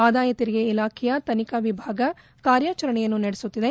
ಆದಾಯ ತೆರಿಗೆ ಇಲಾಖೆಯ ತನಿಖಾ ವಿಭಾಗ ಕಾರ್ಯಾಚರಣೆಯನ್ನು ನಡೆಸುತ್ತಿದೆ